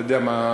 אתה יודע שאני,